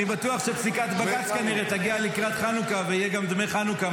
אני בטוח שפסיקת בג"ץ כנראה תגיע לקראת חנוכה ויהיו גם דמי חנוכה,